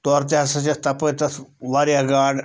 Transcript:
تورٕ تہِ ہَسا چھِ اَتھ تَپٲرۍ تَتھ واریاہ گاڈٕ